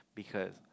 because